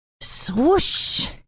Swoosh